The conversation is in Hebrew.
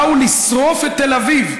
שבאו לשרוף את תל אביב.